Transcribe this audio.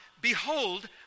Behold